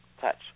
touch